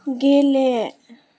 गेले